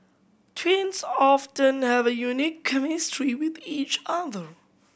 twins often have a unique chemistry with each other